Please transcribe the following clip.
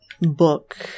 book